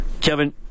Kevin